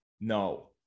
No